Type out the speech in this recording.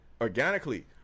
organically